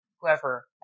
whoever